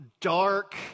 dark